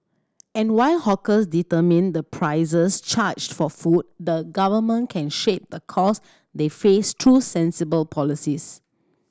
and while hawkers determine the prices charged for food the Government can shape the cost they face through sensible policies